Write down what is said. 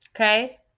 Okay